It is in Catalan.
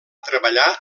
treballar